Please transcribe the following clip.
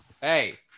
Hey